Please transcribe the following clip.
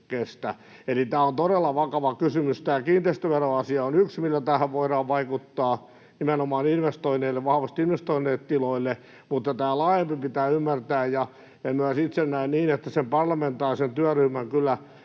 Eli tämä on todella vakava kysymys. Tämä kiinteistöveroasia on yksi, millä tähän voidaan vaikuttaa, nimenomaan vahvasti investoineille tiloille, mutta tämä pitää ymmärtää laajemmin, ja myös itse näen niin, että sen parlamentaarisen työryhmän katse